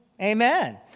Amen